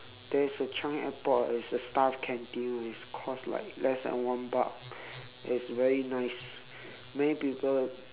there is a changi airport there is a staff canteen which cost like less than one buck that is very nice many people